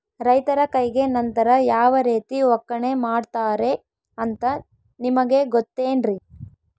ರೈತರ ಕೈಗೆ ನಂತರ ಯಾವ ರೇತಿ ಒಕ್ಕಣೆ ಮಾಡ್ತಾರೆ ಅಂತ ನಿಮಗೆ ಗೊತ್ತೇನ್ರಿ?